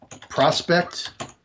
prospect